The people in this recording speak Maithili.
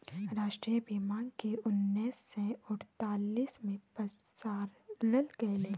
राष्ट्रीय बीमाक केँ उन्नैस सय अड़तालीस मे पसारल गेलै